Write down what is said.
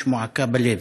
יש מועקה בלב.